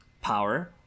power